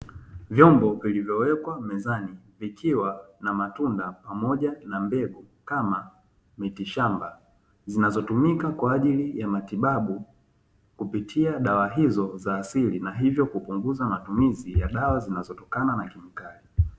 Vyombo vilivyowekwa mezani vikiwa na matunda pamoja na mbegu kama mitishamba, zinazotumika kwa ajili ya matibabu kupitia dawa hizo za asili na hivyo kupunguza matumizi ya dawa zinazotokana na kemikali.